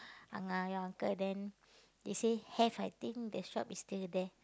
your uncle then they say have I think the shop is still there